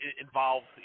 involved